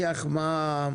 המפקח על הבנקים,